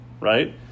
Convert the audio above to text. right